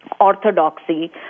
orthodoxy